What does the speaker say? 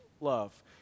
love